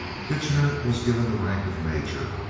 kitchener was given the rank of major,